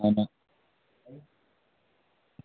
आं